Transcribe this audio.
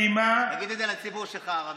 הפעימה, תגיד את זה לציבור שלך, הערבי.